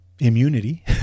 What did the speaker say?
immunity